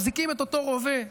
מחזיקים את אותו רובה,